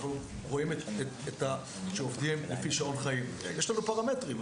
אנחנו רואים שעובדים לפי שעון חיים יש לנו פרמטרים,